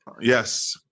Yes